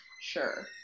sure